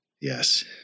Yes